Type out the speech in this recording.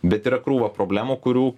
bet yra krūva problemų kurių